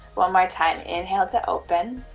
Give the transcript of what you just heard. one more time inhale to open